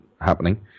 happening